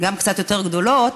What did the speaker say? קצת יותר גדולות,